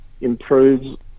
improves